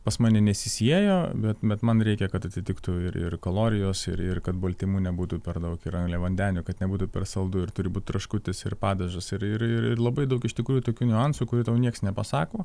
pas mane nesisiejo bet man reikia kad atsitiktų ir ir kalorijos ir ir kad baltymų nebūtų per daug ir angliavandenių kad nebūtų per saldu ir turi būt traškutis ir padažas ir ir ir labai daug iš tikrųjų tokių niuansų kurių tau nieks nepasako